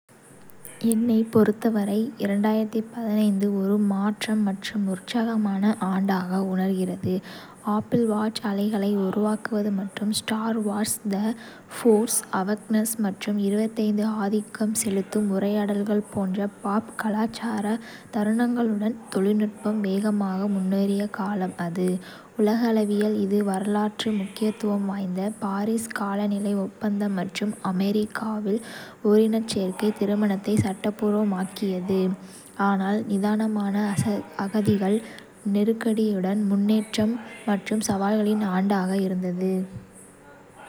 என்னைப் பொறுத்தவரை, ஒரு மாற்றம் மற்றும் உற்சாகமான ஆண்டாக உணர்கிறது. ஆப்பிள் வாட்ச் அலைகளை உருவாக்குவது மற்றும் Star Wars the Force Awakens மற்றும் ஆதிக்கம் செலுத்தும் உரையாடல்கள் போன்ற பாப் கலாச்சார தருணங்களுடன் தொழில்நுட்பம் வேகமாக முன்னேறிய காலம் அது. உலகளவில், இது வரலாற்று முக்கியத்துவம் வாய்ந்த பாரிஸ் காலநிலை ஒப்பந்தம் மற்றும் அமெரிக்காவில் ஓரினச்சேர்க்கை திருமணத்தை சட்டப்பூர்வமாக்கியது, ஆனால் நிதானமான அகதிகள் நெருக்கடியுடன் முன்னேற்றம் மற்றும் சவால்களின் ஆண்டாக இருந்தது.